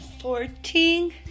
fourteen